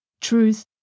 truth